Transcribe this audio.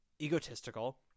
egotistical